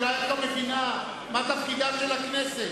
אולי את לא מבינה מה תפקידה של הכנסת.